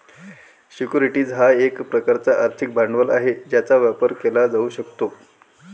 securities हा एक प्रकारचा आर्थिक भांडवल आहे ज्याचा व्यापार केला जाऊ शकतो